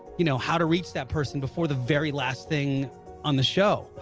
you know how to reach that person before the very last thing on the show,